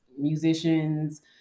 musicians